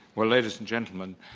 well, ladies and gentlemen,